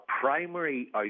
primary